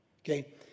Okay